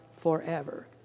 forever